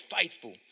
faithful